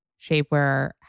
shapewear